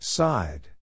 Side